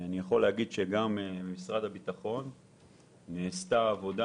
אני יכול להגיד שגם במשרד הביטחון נעשתה עבודה